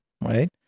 right